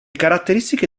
caratteristiche